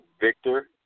Victor